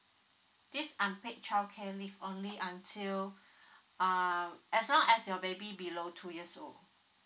this unpaid childcare leave only until uh as long as your baby below two years old